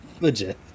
Legit